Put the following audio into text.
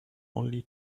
only